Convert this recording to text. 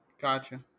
Gotcha